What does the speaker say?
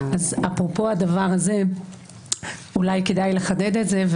אז אפרופו הדבר הזה אולי כדאי לחדד את זה.